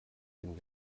dem